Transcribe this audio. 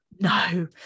No